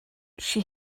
she